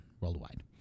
worldwide